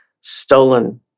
stolen